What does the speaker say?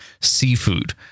seafood